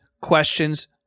questions